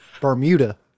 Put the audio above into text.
Bermuda